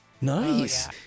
Nice